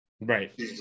Right